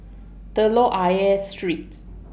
Telok Ayer Street